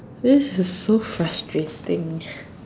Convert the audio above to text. this is so frustrating